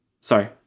sorry